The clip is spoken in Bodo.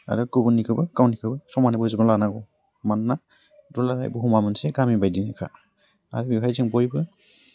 आरो गुबुननिखौबो गावनिखौबो समानै बोजबना लानांगौ मानोना दुलाराइ बुहुमा मोनसे गामि बायदिनोखा आरो बेहाय जों बयबो